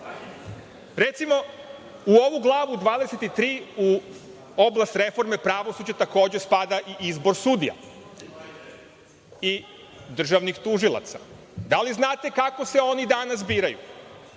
Recimo, u ovu glavu 23, u oblast reforme pravosuđa takođe spada i izbor sudija i državnih tužilaca. Da li znate kako se oni danas biraju?